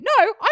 No